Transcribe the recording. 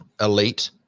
elite